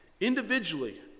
Individually